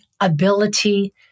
ability